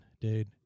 dude